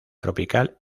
tropical